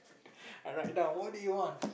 I write down what do you wants